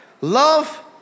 love